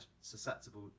susceptible